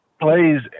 plays